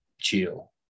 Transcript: chill